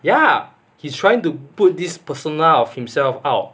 ya he's trying to put this person out of himself out